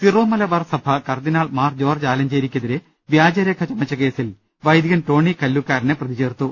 Syro Malabar സഭ കർദ്ദിനാൾ മാർ ജോർജ്ജ് ആലഞ്ചേരിക്കെതിരെ വ്യാജരേഖ ചമച്ച കേസിൽ വൈദികൻ ടോണി കല്ലൂക്കാരനെ പ്രതി ചേർത്തു